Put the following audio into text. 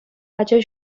ача